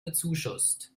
bezuschusst